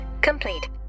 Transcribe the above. complete